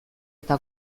eta